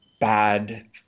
bad